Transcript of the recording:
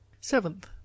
seventh